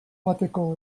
bateko